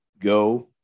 go